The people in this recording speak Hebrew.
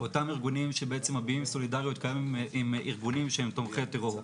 אותם ארגונים שבעצם מביעים סולידריות גם עם ארגונים תומכי טרור.